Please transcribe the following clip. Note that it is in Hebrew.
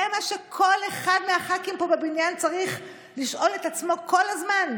זה מה שכל אחד מהח"כים פה בבניין צריך לשאול את עצמו כל הזמן.